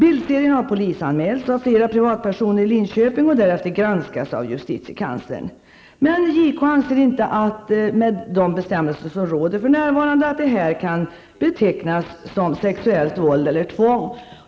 Bildserien har polisanmälts av flera privatpersoner i Linköping och därefter granskats av justitiekanslern.'' Enligt artikeln anser JK inte att detta med de bestämmelser som råder för närvarande kan betecknas som sexuellt våld eller tvång.